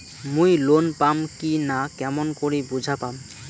মুই লোন পাম কি না কেমন করি বুঝা পাম?